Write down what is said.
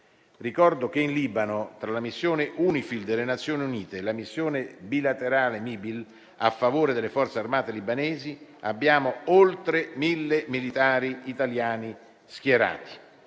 Ricordo che in Libano, tra la missione UNIFIL delle Nazioni Unite e la missione bilaterale MIBIL a favore delle Forze armate libanesi, abbiamo oltre 1.000 militari italiani schierati.